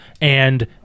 and-